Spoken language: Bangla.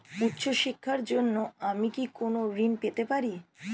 উচ্চশিক্ষার জন্য আমি কি কোনো ঋণ পেতে পারি?